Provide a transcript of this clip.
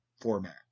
format